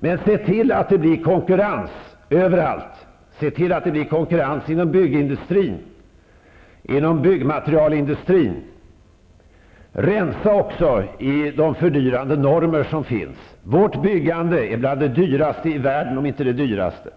Men se till att det blir konkurrens överallt. Se till att det blir konkurrens inom byggindustrin och byggmaterialindustrin. Rensa också i de fördyrande normerna. Vårt byggande är bland de dyraste i världen, om inte det dyraste.